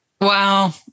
Wow